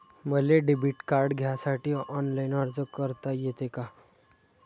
मले debit card घ्यासाठी online अर्ज करता येते का?